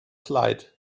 slide